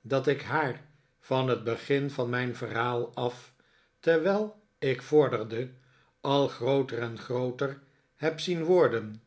dat ik haar van het begin van mijn verhaal af terwijl ik vorderde al grooter en grooter heb zien worden